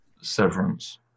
severance